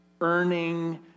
earning